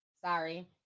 sorry